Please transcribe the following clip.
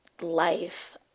life